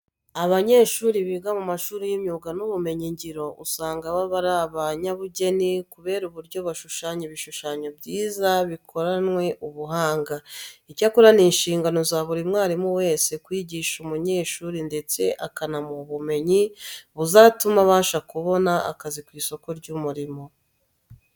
Abanyeshuri biga mu mashuri y'imyuga n'ubumenyingiro usanga baba ari abanyabugeni kubera uburyo bashushanya ibishushanyo byiza bikoranwe ubuhanga. Icyakora ni inshingano za buri mwarimu wese kwigisha umunyeshuri ndetse akanamuha ubumenyi buzatuma abasha kubona akazi ku isoko ry'umurimo.